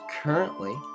currently